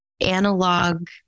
analog